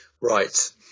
Right